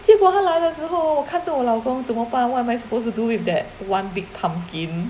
结果它来的时候 hor 我看着我的老公怎么办 what am I supposed to do with that one big pumpkin